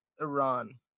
Iran